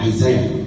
Isaiah